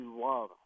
love